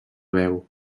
veu